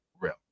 real